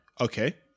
okay